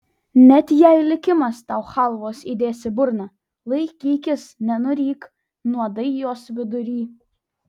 net jei likimas tau chalvos įdės į burną laikykis nenuryk nuodai jos vidury